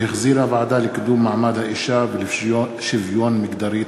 שהחזירה הוועדה לקידום מעמד האישה ולשוויון מגדרי.